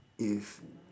if